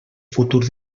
futur